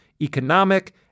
economic